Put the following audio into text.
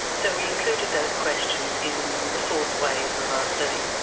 so we included those questions in the fourth wave of our study.